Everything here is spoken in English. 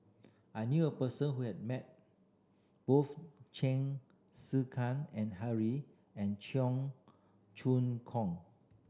I knew a person who has met both Chen Kezhan and Henri and Cheong Choong Kong